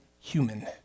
human